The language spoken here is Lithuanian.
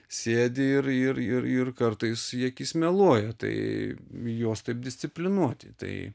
sėdi ir ir ir kartais į akis meluoja tai juos taip disciplinuoti tai